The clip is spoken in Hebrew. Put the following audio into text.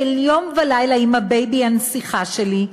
של יום ולילה עם הבייבי הנסיכה שלי,